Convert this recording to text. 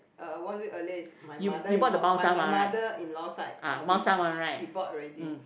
uh one week earlier is my mother-in-law my my mother-in-law side ah we she he bought already